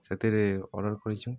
ସେଥିରେ ଅର୍ଡ଼ର୍ କରିଛୁ